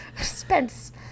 Spence